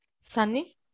Sunny